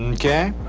okay.